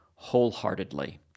wholeheartedly